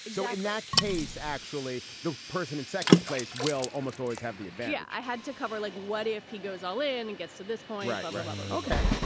so in that case, actually, the person in second place will almost always have the advantage i had to cover like what if he goes all in and gets to this point? yeah but okay.